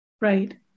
Right